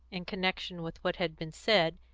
in connection with what had been said,